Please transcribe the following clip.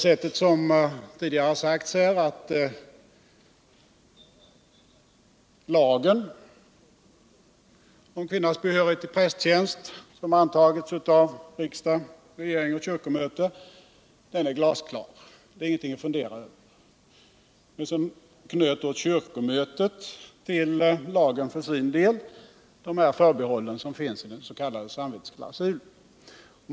Lagen om kvinnans behörighet till prästtjänst som har antagits av riksdag, regering och kyrkomöte är, som tidigare har sagts, glasklar, det är ingenting att fundera över. Men så knöt då kyrkomötet till lagen de förbehållen som finns i den s.k. samvetsklausulen.